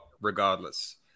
regardless